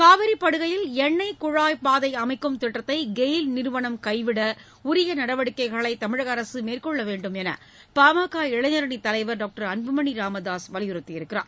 காவிரி படுகையில் எண்ணெய் குழாய் பாதை அமைக்கும் திட்டத்தை கெயில் நிறுவனம் கைவிட உரிய நடவடிக்கைகளை தமிழக அரசு மேற்கொள்ள வேண்டும் என்று பாமக இளைஞரணித் தலைவர் டாக்டர் அன்புமணி ராமதாஸ் வலியுறுத்தியுள்ளார்